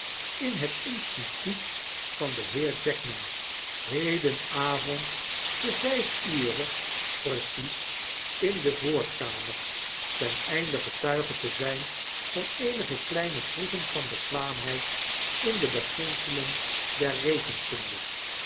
in het instituut van den heer jackman hedenavond ten vyf ure precies in de voorkamer ten einde getuige te zyn van eenige kleine proeven van bekwaamheid in de beginselen der